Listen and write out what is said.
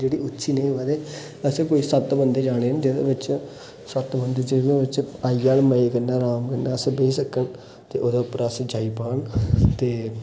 जेह्ड़ी उच्ची नेही होऐ ते असें कोई सत्त बंदे जाने न जेह्दे बिच्च सत्त बंदे जेह्दे बिच्च सत्त बंदे आई आ मजे कन्नै अरामै कन्नै अस बेही सकन ते ओह्दे उप्पर अस जाई पान ते